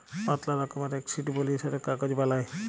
পাতলা রকমের এক শিট বলিয়ে সেটকে কাগজ বালাই